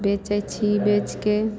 बेचै छी बेचिकऽ